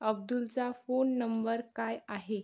अब्दुलचा phone number काय आहे